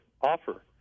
offer